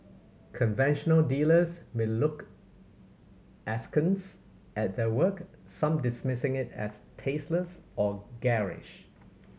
conventional dealers may look askance at their work some dismissing it as tasteless or garish